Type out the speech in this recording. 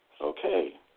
Okay